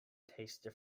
tastes